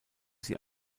sie